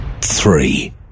Three